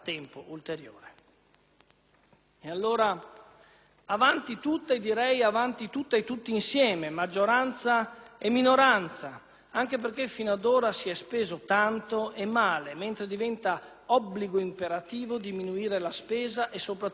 E allora, avanti tutta e, direi, avanti tutta e tutti insieme, maggioranza e minoranza, anche perché finora si è speso tanto e male, mentre diventa obbligo imperativo diminuire la spesa e soprattutto migliorarla,